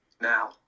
now